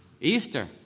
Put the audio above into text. Easter